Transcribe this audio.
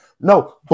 no